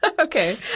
Okay